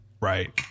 Right